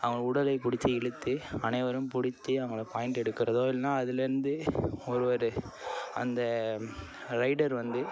அவங்க உடலை பிடிச்சி இழுத்து அனைவரும் பிடித்து அவங்கள பாயிண்ட்டு எடுக்கிறதோ இல்லைன்னா அதுலேருந்து ஒருவர் அந்த ரைடர் வந்து